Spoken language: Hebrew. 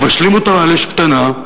מבשלים אותם על אש קטנה,